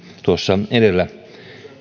tuossa edellä